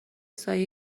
سایه